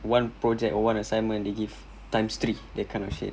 one project one assignment they give times three that kind of shit